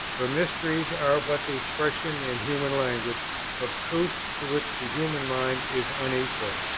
her mysteries are but the expressions in human language of truths to which the human mind is unequal.